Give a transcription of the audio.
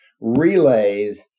relays